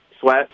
sweat